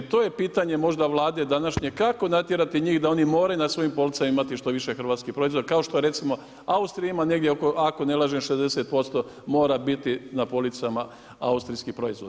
To je pitanje možda Vlade današnje kako natjerati njih da oni moraju na svojim policama imati što više hrvatskih proizvoda kao što je recimo u Austriji ima negdje ako ne lažem 60% mora biti na policama austrijskih proizvoda.